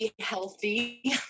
healthy